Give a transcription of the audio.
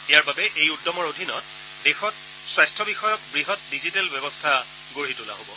ইয়াৰ বাবে এই উদ্যমৰ অধীনত দেশত স্বাস্থ্য বিষয়ক বৃহৎ ডিজিটিয় ব্যৱস্থা গঢ়ি তোলা হ'ব